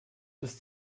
ist